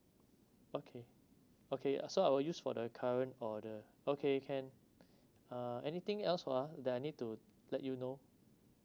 okay okay also I will use for the current order okay can uh anything else ah that I need to let you know